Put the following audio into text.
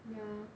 ya